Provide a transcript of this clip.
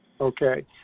Okay